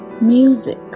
Music